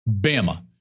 Bama